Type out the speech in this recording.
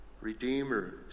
redeemer